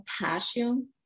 passion